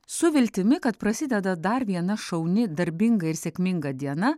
su viltimi kad prasideda dar viena šauni darbinga ir sėkminga diena